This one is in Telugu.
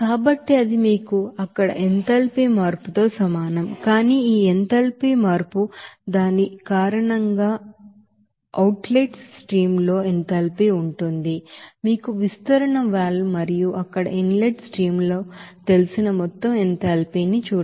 కాబట్టి అది మీకు అక్కడ ఎంథాల్పీ మార్పు తో సమానం కానీ ఈ ఎంథాల్పీ మార్పు దాని కారణంగా దీని అవుట్ లెట్ స్ట్రీమ్ లో ఎంథాల్పీ ఉంటుంది మీకు విస్తరణ వాల్వ్ మరియు అక్కడ ఇన్లెట్ స్ట్రీమ్ లు తెలిసిన మొత్తం ఎంథాల్పీ తెలుసు